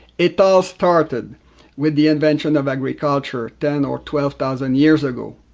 it all started with the invention of agriculture ten or twelve thousand years ago.